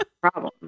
problem